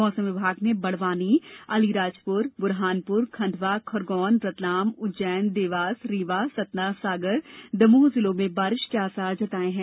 मौसम विभाग ने बड़वानी अलीराजपुर बुरहानपुर खंडवाखरगोन रतलाम उज्जैन देवास रीवा सतना सागरदमोह जिलों में बारिश के आसार जताए हैं